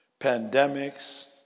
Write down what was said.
pandemics